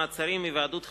מעצרים) (היוועדות חזותית,